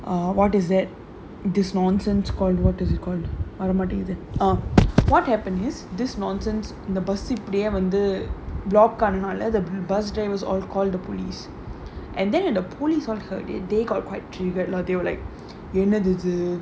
err what is that this nonsense called what is it called வர மாட்டிங்குது:vara maatinguthu uh what happens is this nonsense the bus இப்படியே வந்து:ippadiyae vanthu block ஆனனால:aananaala the bus driver all called the police and then the police not heard it they call quite trigger lah என்னது இது:ennathu ithu